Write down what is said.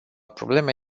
probleme